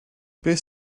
beth